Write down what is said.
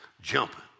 jumping